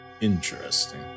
interesting